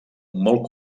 molt